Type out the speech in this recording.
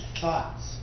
thoughts